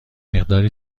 مقداری